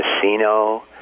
Casino